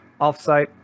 offsite